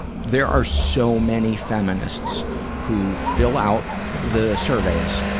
there are so many feminists who fill out the surveys,